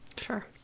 Sure